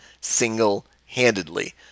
single-handedly